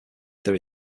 there